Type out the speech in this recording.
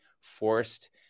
forced